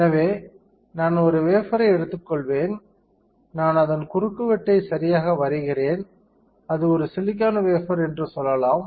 எனவே நான் ஒரு வேஃபர்ரை எடுத்துக்கொள்வேன் நான் அதன் குறுக்குவெட்டை சரியாக வரைகிறேன் அது ஒரு சிலிக்கான் வேஃபர் என்று சொல்லலாம்